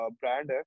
brand